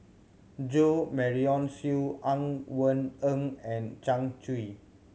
Jo Marion Seow Ang Wei Neng and Zhang Hui